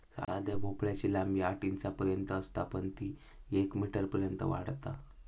साध्या भोपळ्याची लांबी आठ इंचांपर्यंत असता पण ती येक मीटरपर्यंत वाढता